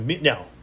now